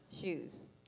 shoes